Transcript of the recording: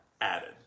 added